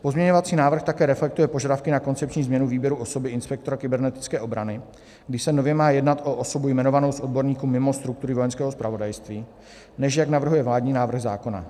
Pozměňovací návrh také reflektuje požadavky na koncepční změnu výběru osoby inspektora kybernetické obrany, když se nově má jednat o osobu jmenovanou z odborníků mimo struktury Vojenského zpravodajství, než jak navrhuje vládní návrh zákona.